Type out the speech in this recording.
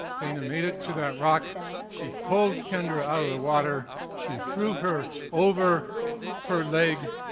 dana made it to that rock, she pulled kendra out of the water, she threw her over her leg,